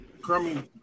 Crummy